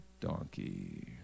donkey